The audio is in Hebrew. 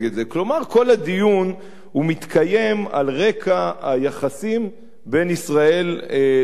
כל הדיון מתקיים על רקע היחסים בין ישראל לטורקיה.